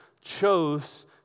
chose